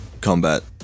combat